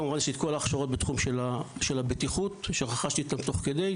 כמובן שאת כל ההכשרות בתחום של הבטיחות רכשתי תוך כדי.